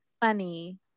funny